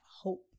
hope